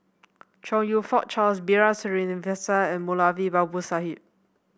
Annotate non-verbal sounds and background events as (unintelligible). Chong You Fook Charles B R Sreenivasan and Moulavi Babu (unintelligible)